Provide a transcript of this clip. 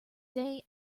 day